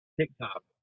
TikTok